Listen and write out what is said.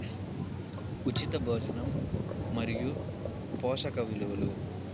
ఉచిత భోజనం మరియు పోషక విలువలు